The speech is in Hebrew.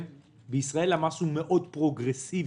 בישראל המס הוא מאוד פרוגרסיבי